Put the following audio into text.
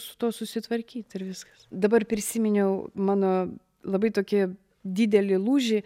su tuo susitvarkyt ir viskas dabar prisiminiau mano labai tokį didelį lūžį